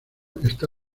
está